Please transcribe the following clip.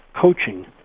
coaching